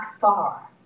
far